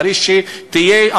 חריש תהיה,